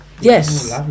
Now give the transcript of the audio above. Yes